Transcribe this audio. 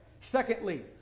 Secondly